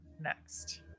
next